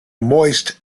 moist